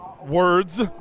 words